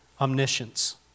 omniscience